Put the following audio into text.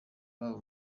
baba